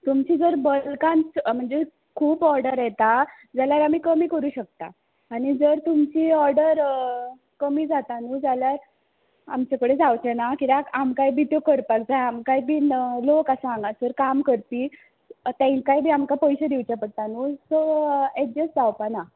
तुमची जर बल्कांच म्हणजे खूब ऑडर येता जाल्यार आमी कमी करूं शकता आनी जर तुमची ऑडर कमी जाता न्हू जाल्यार आमचे कडेन जावचें ना कित्याक आमकांय बी त्यो करपाक जाय आमकांय बीन लोक आसा हांगासर काम करपी तांकांय बी आमकां पयशे दिवचे पडटा न्हू सो एडजस जावपा ना